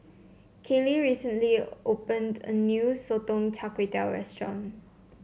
Kayley recently opened a new Sotong Char restaurant